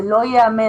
זה לא יאמן.